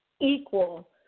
equal